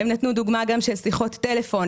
הם נתנו דוגמה גם של שיחות טלפון,